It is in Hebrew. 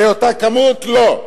באותה כמות לא,